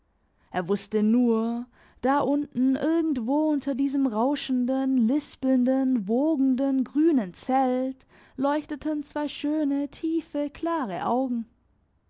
er wusste nur da unten irgendwo unter diesem rauschenden lispelnden wogenden grünen zelt leuchten zwei schöne tiefe klare augen